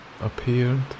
appeared